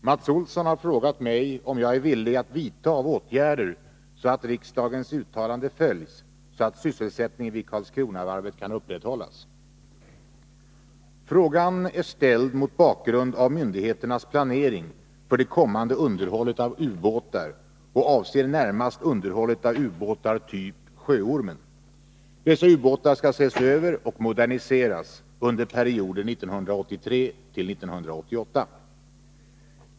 Herr talman! Mats Olsson har frågat mig om jag är villig att vidta åtgärder så att riksdagens uttalande följs och sysselsättningen vid Karlskronavarvet kan upprätthållas. Frågan är ställd mot bakgrund av myndigheternas planering för det kommande underhållet av ubåtar och avser närmast underhållet av ubåtar typ Sjöormen. Dessa ubåtar skall ses över och moderniseras under perioden 1983-1988.